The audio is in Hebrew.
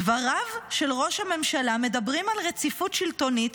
דבריו של ראש הממשלה מדברים על רציפות שלטונית,